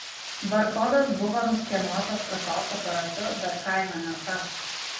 barkodas buvo nuskenuotas kasos aparatu bet kaina ne ta